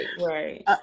right